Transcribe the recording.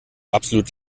absolut